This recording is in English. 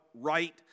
right